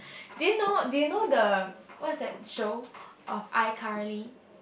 do you know do you know the what is that show of iCarly